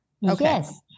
Yes